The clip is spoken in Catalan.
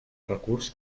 recurs